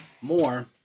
more